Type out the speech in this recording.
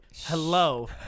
Hello